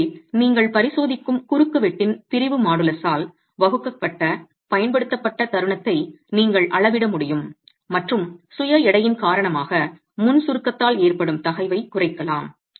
எனவே நீங்கள் பரிசோதிக்கும் குறுக்குவெட்டின் பிரிவு மாடுலஸால் வகுக்கப்பட்ட பயன்படுத்தப்பட்ட தருணத்தை நீங்கள் அளவிட முடியும் மற்றும் சுய எடையின் காரணமாக முன் சுருக்கத்தால் ஏற்படும் தகைவைக் குறைக்கலாம்